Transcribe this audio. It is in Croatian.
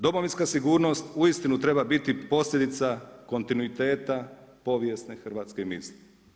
Domovinska sigurnost uistinu treba biti posljedica kontinuiteta, povijesne hrvatske misli.